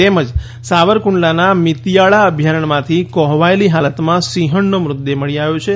તેમજ સાવરકુંડલાના મિતીયાળા અભ્યારણમાંથી કોહવાયેલી હાલતમાં સિંહણનો મૃતદેહ મળી આવ્યો છે